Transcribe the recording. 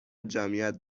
جمعیت